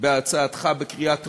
בהצעתך בקריאה טרומית,